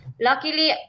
luckily